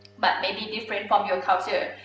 but maybe different from your culture.